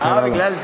זה קרה לו.